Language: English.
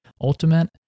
ultimate